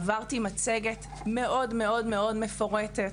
עברתי מצגת מאוד מפורטת,